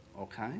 Okay